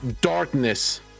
darkness